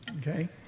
Okay